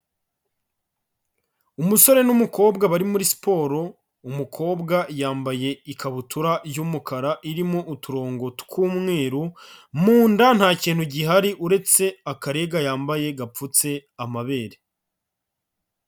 Umusore n'umukobwa bari muri siporo, umukobwa yambaye ikabutura y'umukara irimo uturongo tw'umweru, mu nda nta kintu gihari uretse akarega yambaye gapfutse amabere.